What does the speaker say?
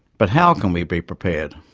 but how can we be prepared?